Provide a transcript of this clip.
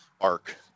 arc